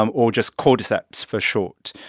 um or just cordyceps for short.